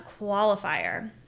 qualifier